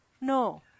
No